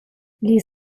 les